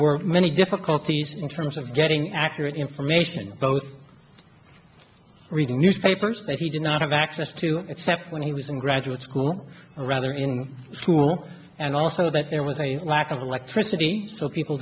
were many difficulties in terms of getting accurate information both reading newspapers and he did not have access to except when he was in graduate school or rather in school and also that there was a lack of electricity so people